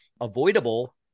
avoidable